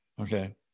Okay